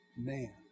Man